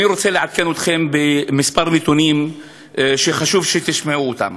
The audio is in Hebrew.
אני רוצה לעדכן אתכם בנתונים אחדים שחשוב שתשמעו אותם.